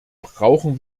brauchen